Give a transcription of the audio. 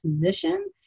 position